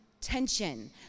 tension